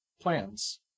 plans